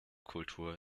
kultur